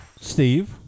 Steve